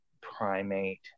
primate